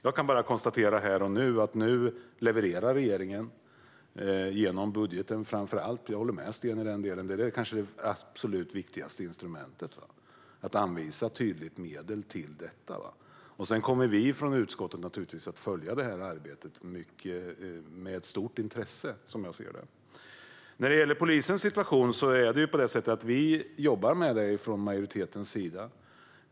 Jag kan bara här konstatera att nu levererar regeringen genom framför allt budgeten. Jag håller med Sten i den delen. Det är kanske det absolut viktigaste instrumentet att tydligt anvisa medel till detta. Sedan kommer vi från utskottet att följa arbetet med ett stort intresse som jag ser det. När det gäller polisens situation jobbar vi med det från majoritetens sida.